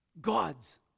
God's